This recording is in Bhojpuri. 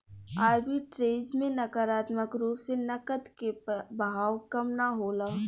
आर्बिट्रेज में नकारात्मक रूप से नकद के बहाव कम ना होला